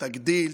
תגדיל,